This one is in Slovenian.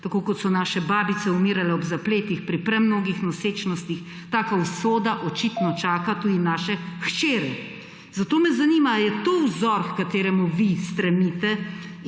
Tako kot so naše babice umirale ob zapletih pri premnogih nosečnostih, taka usoda očitno čaka tudi naše hčere. Zato me zanima: Ali je to vzor, h kateremu vi stremite?